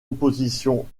opposition